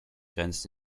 grenzt